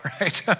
right